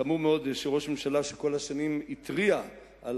חמור מאוד שראש ממשלה שכל השנים התריע על